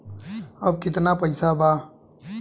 अब कितना पैसा बा?